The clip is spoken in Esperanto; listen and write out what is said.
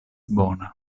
bona